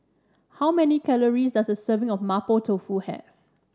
how many calories does a serving of Mapo Tofu have